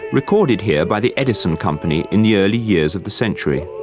recorded here by the edison company in the early years of the century.